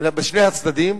משני הצדדים,